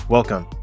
Welcome